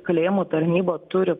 kalėjimų tarnyba turi